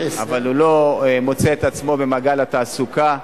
שלא מוצא את עצמו במעגל התעסוקה,